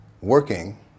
working